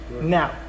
Now